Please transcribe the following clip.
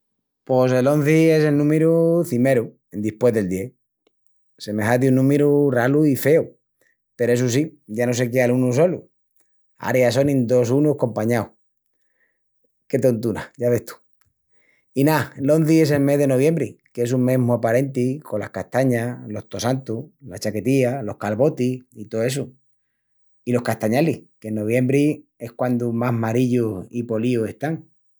Pos el onzi es el númiru cimeru endispués del dies. Se me hazi un númiru ralu i feu, peru essu sí, ya no se quea l'unu solu, ara ya sonin dos unus compañaus. Que tontuna, ya ves tú. I ná, l'onzi es el mes de noviembri qu'es un mes mu aparenti colas castañas, los tossantus, la chaquetía, los calbotis i tó essu. I los castañalis, qu'en noviembri es quandu más marillus i políus están.